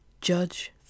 judge